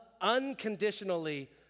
unconditionally